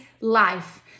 life